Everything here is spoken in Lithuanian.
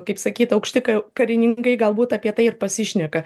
kaip sakyt aukšti k karininkai galbūt apie tai ir pasišneka